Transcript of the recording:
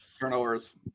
Turnovers